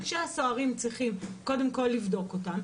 כשהסוהרים צריכים קודם כל לבדוק אותם,